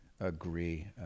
agree